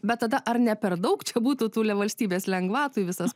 bet tada ar ne per daug čia būtų tų valstybės lengvatų į visas